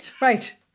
Right